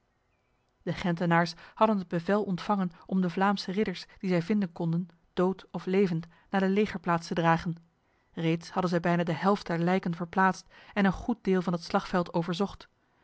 de gentenaars hadden het bevel ontvangen om de vlaamse ridders die zij vinden konden dood of levend naar de legerplaats te dragen reeds hadden zij bijna de helft der lijken verplaatst en een goed deel van het slagveld